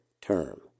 term